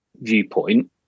viewpoint